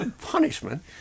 Punishment